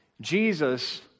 Jesus